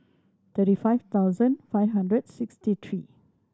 thirty five thousand five hundred sixty three